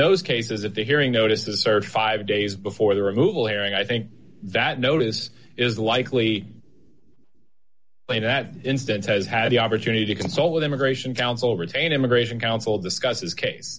those cases if the hearing notices search five days before the removal hearing i think that notice is likely plain that instant has had the opportunity to consult with immigration counsel retain immigration counsel discuss his case